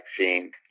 vaccine